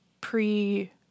pre